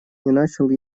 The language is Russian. начал